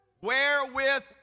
wherewith